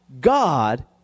God